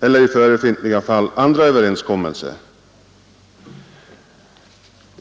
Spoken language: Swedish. eller i förefintliga fall andra överenskommelser.